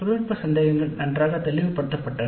தொழில்நுட்ப சந்தேகங்கள் நன்றாக தெளிவு படுத்தப் பட்டன